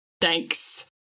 Thanks